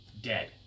dead